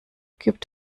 gibt